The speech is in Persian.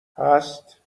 هست